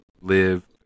live